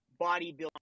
bodybuilding